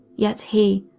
yet he,